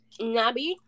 Nabi